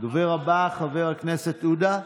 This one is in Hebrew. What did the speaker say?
הדובר הבא, חבר הכנסת עודה,